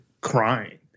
crying